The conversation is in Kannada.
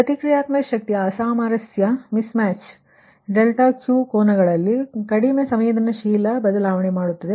ಅಂತೆಯೇ ಪ್ರತಿಕ್ರಿಯಾತ್ಮಕ ಶಕ್ತಿಯ ಹೊಂದಿಕೆಯಾಗದ ಕಾರಣ ∆Q ಕೋನಗಳಲ್ಲಿ ಕಡಿಮೆ ಸಂವೇದನಾಶೀಲ ಬದಲಾವಣೆ ಮಾಡುತ್ತವೆ